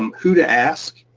um who to ask,